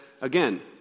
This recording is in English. again